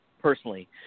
personally